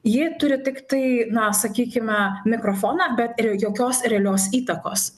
jie turi tiktai na sakykime mikrofoną bet jokios realios įtakos